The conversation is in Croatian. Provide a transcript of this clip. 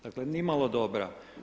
Dakle, ni malo dobra.